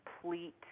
complete